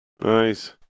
nice